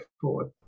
forward